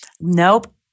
Nope